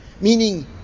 meaning